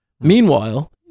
meanwhile